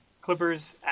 Clippers